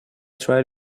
try